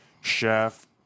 chef